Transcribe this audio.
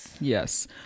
Yes